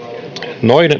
noin